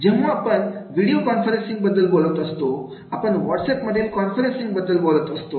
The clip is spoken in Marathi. जेव्हा आपण व्हिडीओ कॉन्फरन्सिंग बद्दल बोलत असतो आपण व्हाट्सअप मधील कॉन्फरन्सिंग बद्दल बोलत असतो